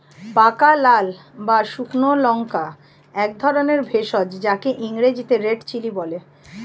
পাকা লাল বা শুকনো লঙ্কা একধরনের ভেষজ যাকে ইংরেজিতে রেড চিলি বলে